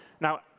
now,